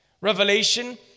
Revelation